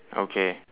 okay